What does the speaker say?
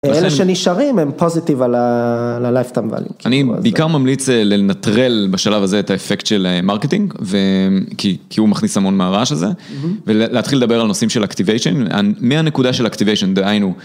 אלה שנשארים הם פוזיטיב על ה-Lifetime Value. אני בעיקר ממליץ לנטרל בשלב הזה את האפקט של מרקטינג, כי הוא מכניס המון מהרעש הזה, ולהתחיל לדבר על נושאים של אקטיביישן, מהנקודה של אקטיביישן, דהיינו.